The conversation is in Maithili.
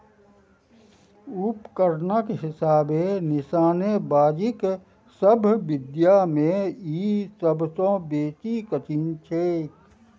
उपकरणक हिसाबे निशानेबाजीक सभ विद्यामे ई सभसँ बेसी कठिन छै